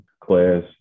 class